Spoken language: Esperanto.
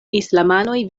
islamanoj